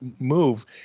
move